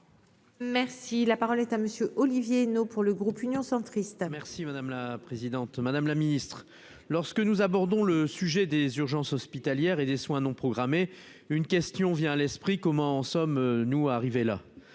Merci, la parole est à monsieur Olivier Henno pour le groupe Union centriste. Merci madame la présidente, madame la Ministre, lorsque nous abordons le sujet des urgences hospitalières et des soins non programmés, une question vient à l'esprit, comment en sommes-nous arrivés là,